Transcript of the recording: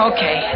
Okay